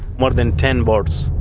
more than ten boats,